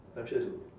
I'm sure it's good